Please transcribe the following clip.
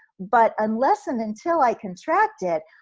but unless and until i contract it,